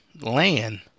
land